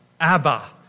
Abba